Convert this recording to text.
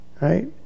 Right